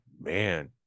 man